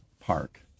park